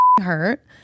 hurt